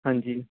ਹਾਂਜੀ